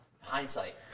hindsight